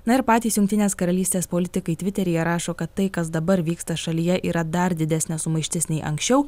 na ir patys jungtinės karalystės politikai tviteryje rašo kad tai kas dabar vyksta šalyje yra dar didesnė sumaištis nei anksčiau